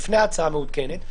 לפני ההצעה המעודכנת,